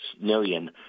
million